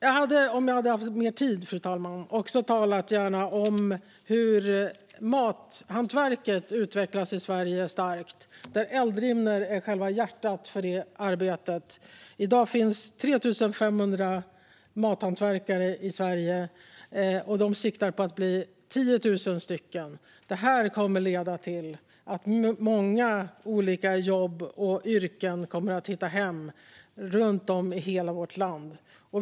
Jag hade, fru talman, om jag hade haft lite mer tid också gärna talat om hur mathantverket utvecklas starkt i Sverige. Eldrimner är själva hjärtat i det arbetet. I dag finns 3 500 mathantverkare i Sverige, och de siktar på att bli 10 000. Detta kommer att leda till att många olika jobb och yrken kommer att hitta hem runt om i hela vårt land.